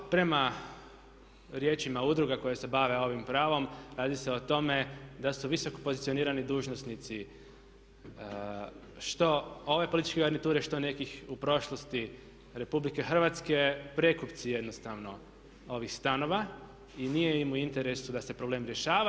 Prema riječima udruga koje se bave ovim pravom radi se o tome da su visoko pozicionirani dužnosnici što ove političke garniture što nekih u prošlosti RH prekupci jednostavno ovih stanova i nije im u interesu da se problem rješava.